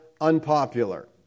unpopular